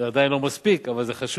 זה עדיין לא מספיק, אבל זה חשוב.